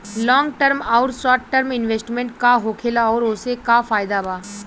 Long term आउर short term investment का होखेला और ओसे का फायदा बा?